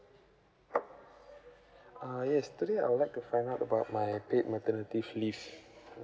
uh yes today I would like to find out about my paid maternity leave